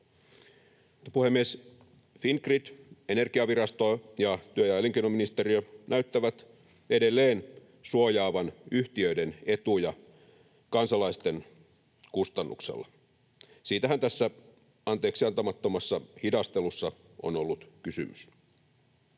Puhemies! Fingrid, Energiavirasto ja työ- ja elinkeinoministeriö näyttävät edelleen suojaavan yhtiöiden etuja kansalaisten kustannuksella, siitähän tässä anteeksiantamattomassa hidastelussa on ollut kysymys.